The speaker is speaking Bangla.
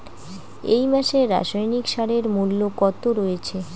এই মাসে রাসায়নিক সারের মূল্য কত রয়েছে?